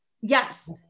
Yes